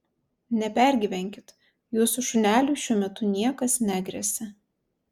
nepergyvenkit jūsų šuneliui šiuo metu niekas negresia